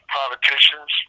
politicians